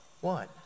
one